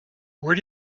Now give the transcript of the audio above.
where